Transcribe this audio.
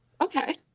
Okay